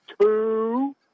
two